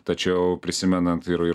tačiau prisimenant ir ir